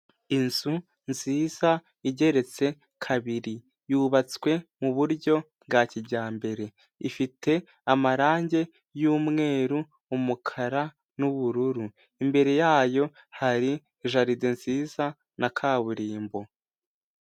Inzu nziza igeretse kabiri yubatswe mu buryo bwa kijyambere, ifite amarange y'umweru, umukara n'ubururu, imbere yayo hari jarid nziza na kaburimbo.